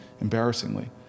embarrassingly